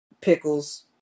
pickles